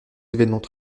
événements